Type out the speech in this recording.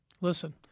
Listen